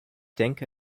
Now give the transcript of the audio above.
denke